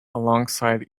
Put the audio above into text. alongside